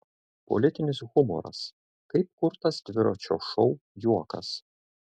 politinis humoras kaip kurtas dviračio šou juokas